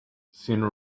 sooner